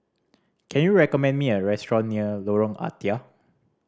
can you recommend me a restaurant near Lorong Ah Thia